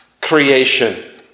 creation